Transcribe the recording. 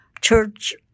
church